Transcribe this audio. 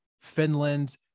Finland